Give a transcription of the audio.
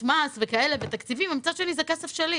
מס ותקציבים אבל מצד שני זה כסף שלי.